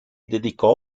dedicò